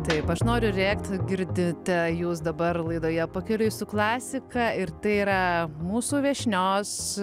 taip aš noriu rėkti girdite jūs dabar laidoje pakeliui su klasika ir tai yra mūsų viešnios